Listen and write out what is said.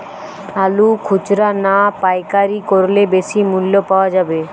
আলু খুচরা না পাইকারি করলে বেশি মূল্য পাওয়া যাবে?